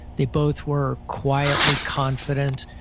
they both were quietly confident.